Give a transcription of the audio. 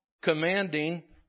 commanding